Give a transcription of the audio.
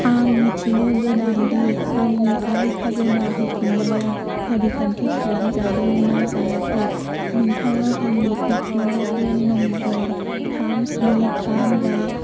आं मिथिनो गोनां दि आंनि आय खाजोना होफिननाया फारिखान्थि खालामजादों ना जायाखै नोंथाङा आंनि एक्न'लेजमेन्ट नम्बर थाम स्नि थाम बा